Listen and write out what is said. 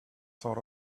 sort